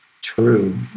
true